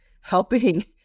helping